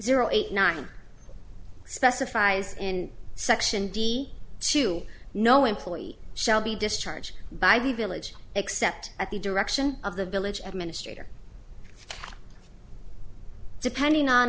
zero eight nine specifies in section d to no employee shall be discharged by the village except at the direction of the village administrators depending on